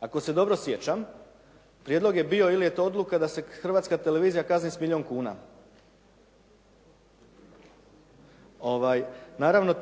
Ako se dobro sjećam prijedlog je bio ili je to odluka da se Hrvatska televizija kazni s milijun kuna. Naravno